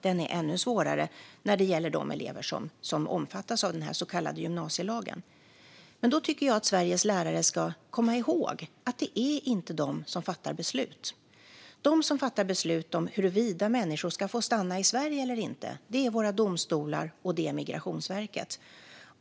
Den är ännu svårare när det gäller de elever som omfattas av den så kallade gymnasielagen. Då tycker jag att Sveriges lärare ska komma ihåg att det inte är de som fattar beslut. De som fattar beslut om huruvida människor ska få stanna i Sverige eller inte är våra domstolar och Migrationsverket.